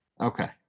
okay